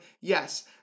Yes